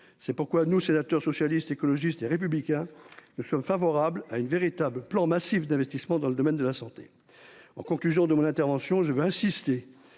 C'est pourquoi nous sénateur socialiste, écologiste et républicain. Nous sommes favorables à une véritable plan massif d'investissements dans le domaine de la santé en conclusion de mon intervention, je veux insister